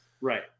Right